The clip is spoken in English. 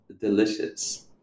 delicious